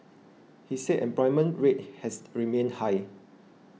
he said employment rate has remained high